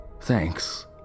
Thanks